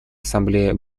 ассамблеи